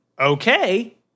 Okay